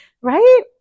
Right